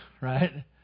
right